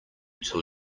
till